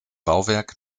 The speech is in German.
bauwerk